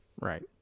Right